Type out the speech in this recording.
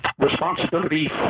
responsibility